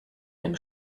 dem